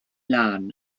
lân